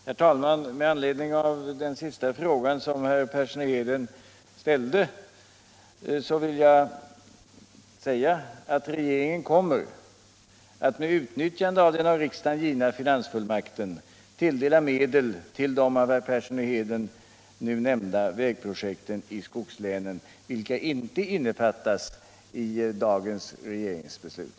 Herr talman! Med anledning av den sista frågan som herr Persson i Heden ställde vill jag säga att regeringen kommer att med utnyttjande av den av riksdagen givna finansfullmakten tilldela medel till de av herr Persson i Heden nämnda vägprojekten i skogslänen, vilka inte innefattas i dagens regeringsbeslut.